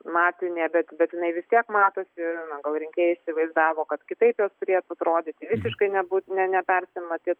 matinė bet bet jinai vis tiek matosi na gal rinkėjai įsivaizdavo kad kitaip jos turės atrodyti visiškai nepersimatys